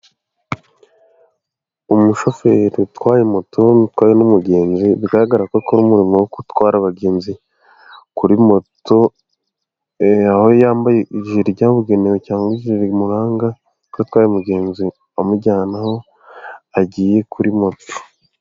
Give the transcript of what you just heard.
Umushoferi utwaye moto utwaye n'umugenzi biragaragara ko akora umurimo wo gutwara abagenzi kuri moto aho yambaye ijire ryabugenewe cyangwa ijire rimuranga ko atwaye umugenzi amujyana aho agiye kuri moto.